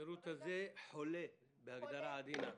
השירות הזה חולה, בהגדרה עדינה.